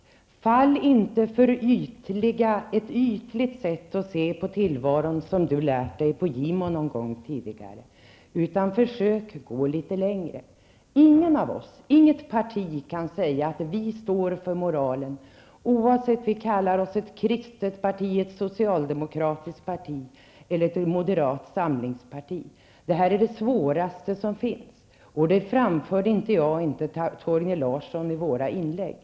Beatrice Ask bör inte falla för det ytliga sett att se på tillvaron som hon lärt sig på Gimo tidigare. Försök gå litet längre. Ingen av oss och inget parti kan säga att vi står för moralen, oavsett om vi kallar oss ett kristet, socialdemokratiskt eller ett moderat samlingsparti. Det här är det svåraste som finns. Det framförde inte jag eller Torgny Larsson i våra inlägg.